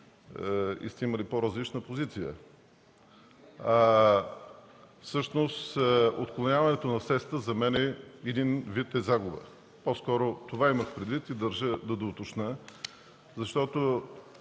сте имали по-различна позиция. Всъщност отклоняването на средства за мен е един вид загуба. По-скоро това имах предвид и държа да уточня, защото